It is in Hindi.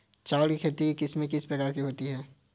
चावल की खेती की किस्में कितने प्रकार की होती हैं?